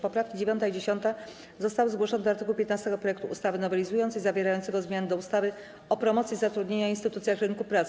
Poprawki 9. i 10. zostały zgłoszone do art. 15 projektu ustawy nowelizującej zawierającego zmiany do ustawy o promocji zatrudnienia i instytucjach rynku pracy.